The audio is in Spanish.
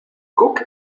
cook